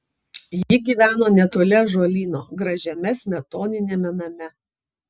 ji gyveno netoli ąžuolyno gražiame smetoniniame name